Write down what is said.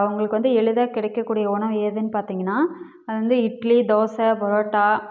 அவங்களுக்கு வந்து எளிதாக கிடைக்கக்கூடிய உணவு எதுன்னு பார்த்தீங்கன்னா அது வந்து இட்லி தோசை பரோட்டா